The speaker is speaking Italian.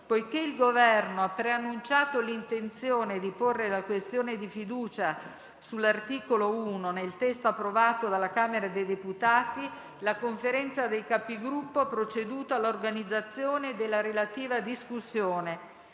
Poiché il Governo ha preannunciato l'intenzione di porre la questione di fiducia sull'articolo 1, nel testo approvato dalla Camera dei deputati, la Conferenza dei Capigruppo ha proceduto all'organizzazione della relativa discussione.